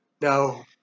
Now